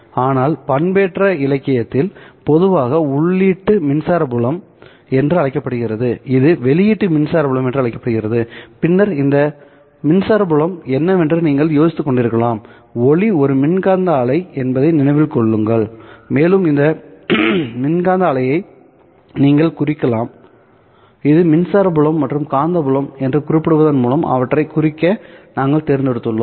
ஆனால் பண்பேற்றம் இலக்கியத்தில் இது பொதுவாக உள்ளீட்டு மின்சார புலம் என்று அழைக்கப்படுகிறது இது வெளியீட்டு மின்சார புலம் என்று அழைக்கப்படுகிறது பின்னர் இந்த மின்சார புலம் என்ன என்று நீங்கள் யோசித்துக்கொண்டிருக்கலாம்ஒளி ஒரு மின்காந்த அலை என்பதை நினைவில் கொள்ளுங்கள் மேலும் இந்த மின்காந்த அலையை நீங்கள் குறிக்கலாம்இது மின்சார புலம் மற்றும் காந்தப்புலம் என்று குறிப்பிடுவதன் மூலம் அவற்றைக் குறிக்க நாங்கள் தேர்ந்தெடுத்துள்ளோம்